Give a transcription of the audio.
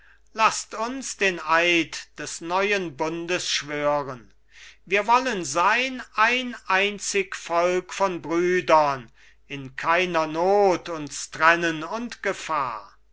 lasst uns den eid des neuen bundes schwören wir wollen sein ein einzig volk von brüdern in keiner not uns trennen und gefahr